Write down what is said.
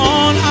on